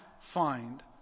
find